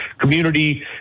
community